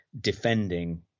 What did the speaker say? defending